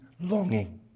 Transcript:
longing